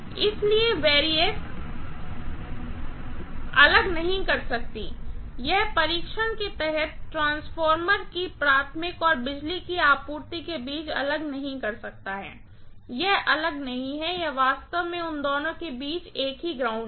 इसलिए वैरिएक अलग नहीं कर सकती यह परीक्षण के तहत ट्रांसफार्मर की प्राइमरी और बिजली की आपूर्ति के बीच अलग नहीं कर सकता है यह अलग नहीं है यह वास्तव में उन दोनों के बीच एक ही ग्राउंड है